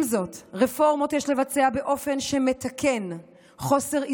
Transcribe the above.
עם זאת, רפורמות יש לבצע באופן שמתקן חוסר איזון,